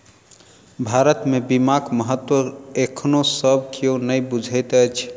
भारत मे बीमाक महत्व एखनो सब कियो नै बुझैत अछि